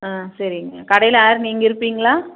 ஆ சரிங்க கடையில் யார் நீங்கள் இருப்பீங்களா